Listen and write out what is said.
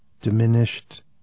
diminished